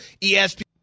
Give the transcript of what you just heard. ESPN